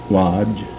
lodge